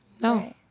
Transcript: No